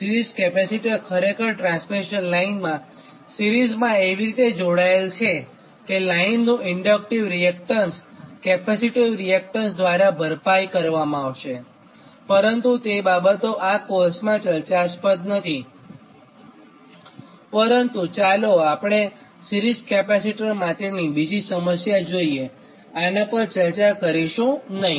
series capacitor ખરેખર transmission લાઇનમાં સીરીઝમાં એવી રીતે જોડાયેલ છેકે લાઈનનું ઇન્ડક્ટીવ રીએક્ટન્સ કેપેસિટીવ રિએક્ટેન્સ દ્વારા ભરપાઈ કરવામાં આવશે પરંતુ તે બાબતો આ કોર્સમાં ચર્ચાસ્પદ નથી પરંતુ ચાલો આપણે સિરીઝ કેપેસિટર માટેની બીજી સમસ્યા જોઈએ આના પર ચર્ચા કરીશું નહીં